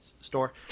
store